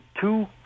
two